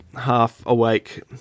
half-awake